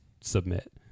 submit